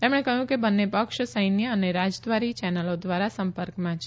તેમણે કહ્યું કે બંને પક્ષ સૈન્ય અને રાજદ્વારી ચેનલો દ્વારા સંપર્કમાં છે